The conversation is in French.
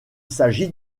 s’agit